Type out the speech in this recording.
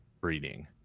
breeding